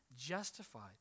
justified